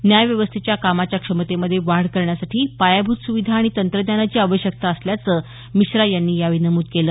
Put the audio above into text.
न्यायव्यवस्थेच्या कामाच्या क्षमतेमध्ये वाढ करण्यासाठी पायाभूत सुविधा आणि तंत्रज्ञानाची आवश्यकता असल्याचं सरन्यायाधिश मिश्रा यांनी यावेळी नमूद केलं